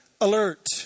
alert